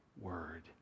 word